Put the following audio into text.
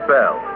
Bell